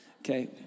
Okay